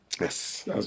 Yes